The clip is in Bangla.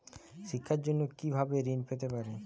শিক্ষার জন্য কি ভাবে ঋণ পেতে পারি?